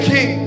King